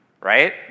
Right